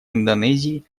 индонезии